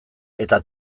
eta